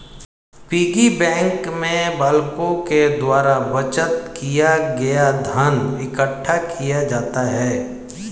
piggy bank में बालकों के द्वारा बचत किया गया धन इकट्ठा किया जाता है